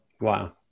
Wow